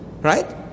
Right